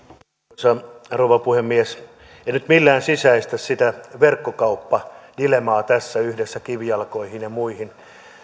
arvoisa rouva puhemies en nyt millään sisäistä sitä verkkokauppadilemmaa tässä sen yhteyttä kivijalkoihin ja muihin